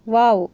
wow